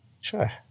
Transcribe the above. Sure